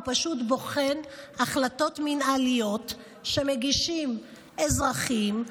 הוא פשוט בוחן החלטות מינהליות שמגישים אזרחים,